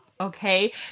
okay